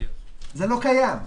זה לא קיים.